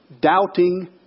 Doubting